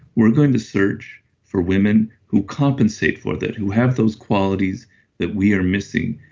we're going to search for women who compensate for that, who have those qualities that we are missing.